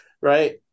right